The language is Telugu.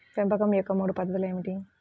పెంపకం యొక్క మూడు పద్ధతులు ఏమిటీ?